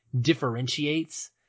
differentiates